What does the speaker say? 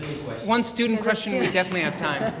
one student question, we definitely have time,